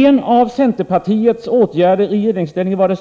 En annan av centerpartiets åtgärder i regeringsställning var